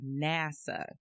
NASA